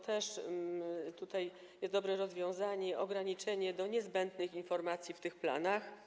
Tutaj też jest dobre rozwiązanie, ograniczenie się do niezbędnych informacji w tych planach.